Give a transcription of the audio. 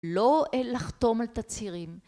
לא לחתום על תצהירים.